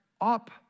up